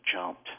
jumped